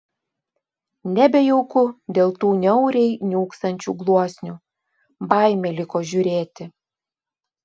nebejauku dėl tų niauriai niūksančių gluosnių baimė liko žiūrėti